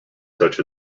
such